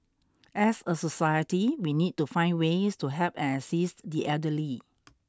as a society we need to find ways to help and assist the elderly